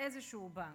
באיזשהו בנק.